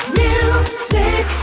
music